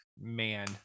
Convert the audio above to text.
man